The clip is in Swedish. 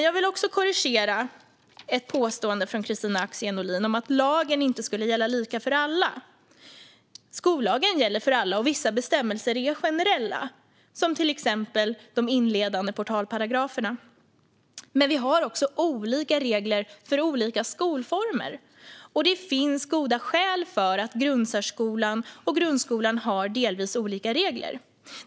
Jag vill också korrigera ett påstående från Kristina Axén Olin om att lagen inte skulle gälla lika för alla. Skollagen gäller för alla, och vissa bestämmelser är generella, till exempel de inledande portalparagraferna. Men vi har också olika regler för olika skolformer, och det finns goda skäl till att grundsärskolan och grundskolan har delvis olika regler.